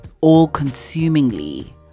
all-consumingly